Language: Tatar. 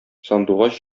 сандугач